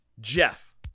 jeff